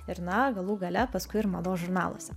ir na galų gale paskui ir mados žurnaluose